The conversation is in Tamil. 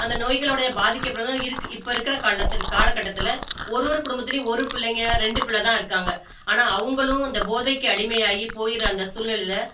அந்த நோய்களுடைய பாதிக்கப்படுற தான் இருக்குது இப்போ இருக்கிற காலத்து காலக்கட்டத்தில் ஒரு ஒரு குடும்பத்துலையும் ஒரு பிள்ளைங்கள் ரெண்டு பிள்ளை தான் இருக்காங்க ஆனால் அவங்களும் இந்த போதைக்கு அடிமையாகிப் போகிற அந்த சூழ்நிலைல